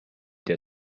der